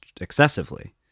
Excessively